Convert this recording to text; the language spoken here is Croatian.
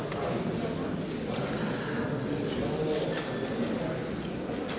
Hvala vam